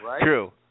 True